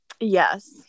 Yes